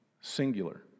singular